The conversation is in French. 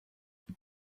vous